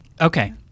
Okay